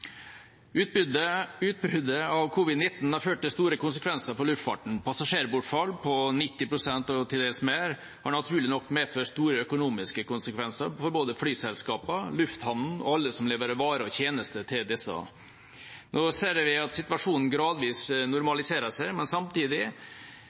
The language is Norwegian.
Utbruddet av covid-19 har ført til store konsekvenser for luftfarten. Et passasjerbortfall på 90 pst. og til dels mer har naturlig nok medført store økonomiske konsekvenser for både flyselskapene, lufthavnene og alle som leverer varer og tjenester til disse. Nå ser vi at situasjonen gradvis